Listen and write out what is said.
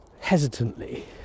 hesitantly